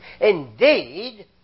Indeed